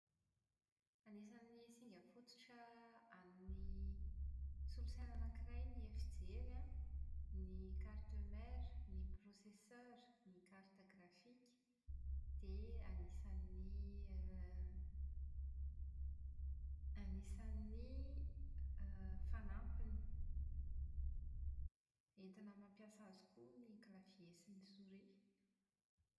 Anisan'ny singa fototra amin'ny solosaina anankiray ny efijery an, ny carte-mère, ny processeur, ny carte graphique. Dia anisan'ny > anisan'ny > fanampiny entina mampiasa azy koa ny clavier sy ny souris.